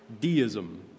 Deism